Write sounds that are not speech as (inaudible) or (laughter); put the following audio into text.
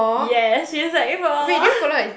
yes she sec four (breath)